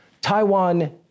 Taiwan